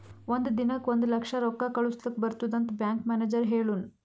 ಒಂದ್ ದಿನಕ್ ಒಂದ್ ಲಕ್ಷ ರೊಕ್ಕಾ ಕಳುಸ್ಲಕ್ ಬರ್ತುದ್ ಅಂತ್ ಬ್ಯಾಂಕ್ ಮ್ಯಾನೇಜರ್ ಹೆಳುನ್